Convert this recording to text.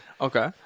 Okay